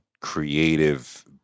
creative